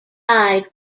died